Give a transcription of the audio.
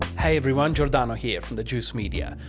hey everyone giordano here from the juice media,